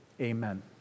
Amen